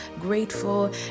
grateful